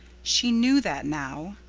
she knew that now.